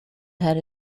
had